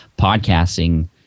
podcasting